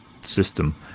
system